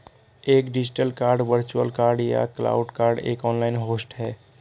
एक digital card virtual card या cloud card एक ऑनलाइन होस्ट है